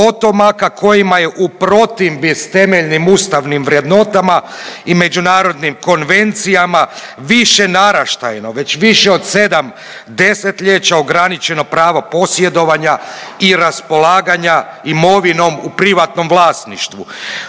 kojima je u protimbi s temeljnim ustavnim vrednotama i međunarodnim konvencijama više naraštajno već više od 7 desetljeća ograničeno pravo posjedovanja i raspolaganja imovinom u privatnom vlasništvu.